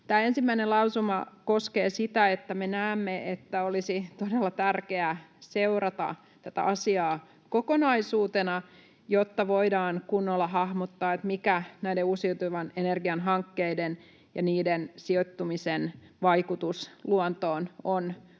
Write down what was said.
Ensimmäinen lausuma koskee sitä, että me näemme, että olisi todella tärkeää seurata tätä asiaa kokonaisuutena, jotta voidaan kunnolla hahmottaa, mikä näiden uusiutuvan energian hankkeiden ja niiden sijoittumisen vaikutus luontoon on